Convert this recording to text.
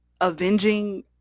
avenging